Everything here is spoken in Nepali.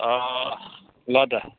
ल त